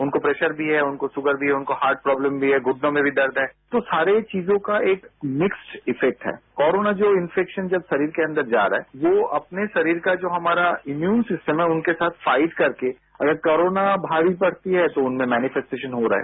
उनको प्रेशर भी है उनको शुगर भी है उनको हार्ट प्रोब्लम भी है घूटनों में भी दर्द है तो सारी चीजों को एक मिक्स इफेक्ट है कोरोना इंफेक्शन जो शरीर के अंदर जा रहा है वो अपने शरीर का जो हमारा इम्यून सिस्टम है उनके साथ फाइट करके अगर कोरोना भारी पड़ती है तो उनमें मैनी फेक्टेशन हो रहा है